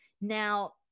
Now